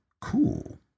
cool